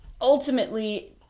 ultimately